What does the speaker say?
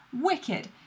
Wicked